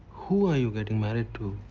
who are you getting married to?